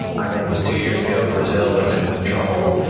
i think it was two years ago, brazil was in some trouble.